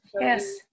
Yes